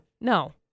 No